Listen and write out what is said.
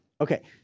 Okay